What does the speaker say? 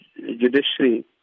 judiciary